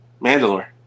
Mandalore